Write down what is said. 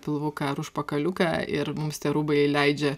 pilvuką ar užpakaliuką ir mums tie rūbai leidžia